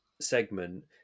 segment